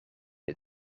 het